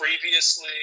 previously